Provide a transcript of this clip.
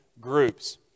groups